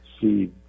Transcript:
see